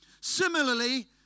Similarly